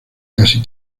casi